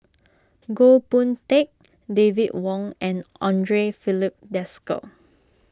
Goh Boon Teck David Wong and andre Filipe Desker